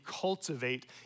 cultivate